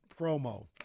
promo